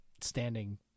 standing